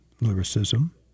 lyricism